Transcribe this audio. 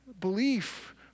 belief